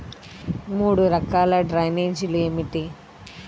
మూడు రకాల డ్రైనేజీలు ఏమిటి?